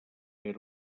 era